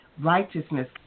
Righteousness